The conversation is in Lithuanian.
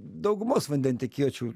daugumos vandentekiečių